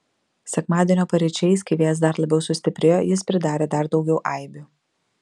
sekmadienio paryčiais kai vėjas dar labiau sustiprėjo jis pridarė dar daugiau aibių